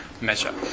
measure